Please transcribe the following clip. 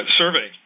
survey